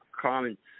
comments